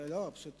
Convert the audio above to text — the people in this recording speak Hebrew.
לא יעלה